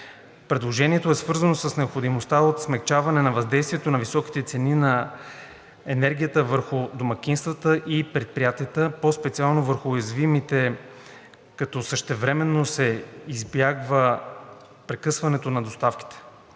Предложението е свързано с необходимостта от смекчаване на въздействието на високите цени на енергията върху домакинствата и предприятията, по-специално върху най-уязвимите, като същевременно се избягва прекъсването на доставките.